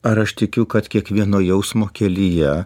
ar aš tikiu kad kiekvieno jausmo kelyje